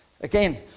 Again